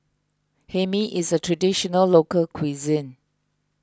Hae Mee is a Traditional Local Cuisine